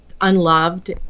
unloved